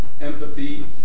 empathy